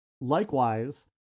Likewise